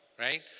Right